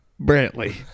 Brantley